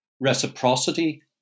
reciprocity